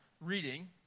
reading